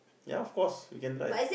ya of course we can drive